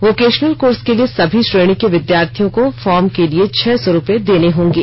vocational course के लिए सभी श्रेणी के विद्यार्थियों को फॉर्म के लिए छह सौ रूपये देने होंगे